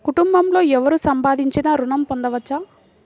కుటుంబంలో ఎవరు సంపాదించినా ఋణం పొందవచ్చా?